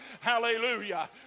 Hallelujah